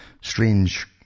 strange